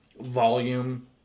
volume